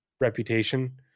reputation